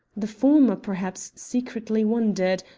the former, perhaps, secretly wondered.